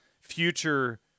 future